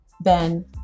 Ben